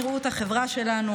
על חשבון נראות החברה שלנו,